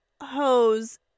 hose